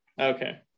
Okay